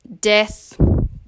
death